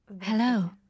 Hello